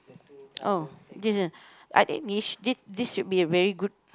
oh this one I think this this should be a very good